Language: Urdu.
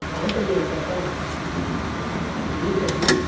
ہاں سر میں بتاتا ہوں جی سر جی